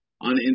on